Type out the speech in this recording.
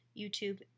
YouTube